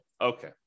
Okay